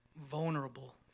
vulnerable